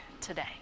today